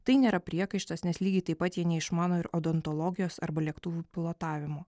tai nėra priekaištas nes lygiai taip pat jie neišmano ir odontologijos arba lėktuvų pilotavimo